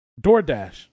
DoorDash